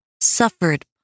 suffered